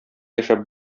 яшәп